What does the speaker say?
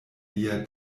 lia